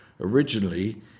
originally